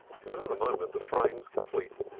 in another moment the frying was complete,